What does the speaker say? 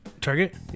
Target